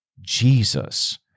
Jesus